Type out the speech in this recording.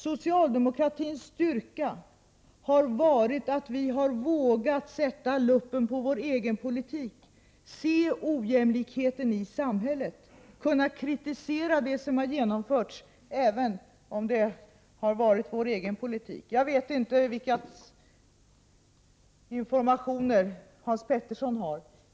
Socialdemokratins styrka har varit att vi vågat sätta luppen över vår egen politik, se ojämlikheten i samhället och kritisera det som har genomförts även om det har varit vår egen politik. Jag vet inte vilka informationer Hans Petersson har.